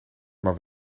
maar